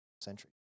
century